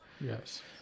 Yes